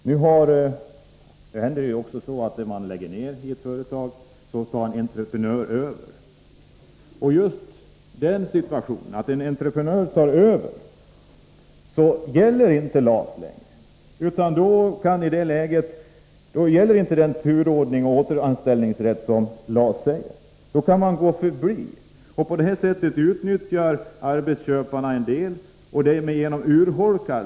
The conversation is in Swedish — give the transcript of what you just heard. Nu händer det emellertid att en entreprenör tar över när ett företag lägger ned produktionen. I just den situationen — när en entreprenör tar över — gäller inte längre LAS. Då gäller inte den turordning och återanställningsrätt som LAS föreskriver. På detta sätt utnyttjar arbetsköparna möjligheten att gå förbi LAS, som därmed urholkas.